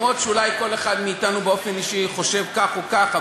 גם אם כל אחד מאתנו באופן אישי חושב כך או כך,